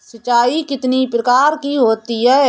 सिंचाई कितनी प्रकार की होती हैं?